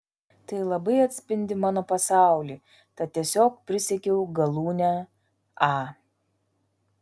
tai labai atspindi mano pasaulį tad tiesiog prisegiau galūnę a